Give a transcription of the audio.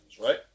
right